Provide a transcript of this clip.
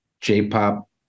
j-pop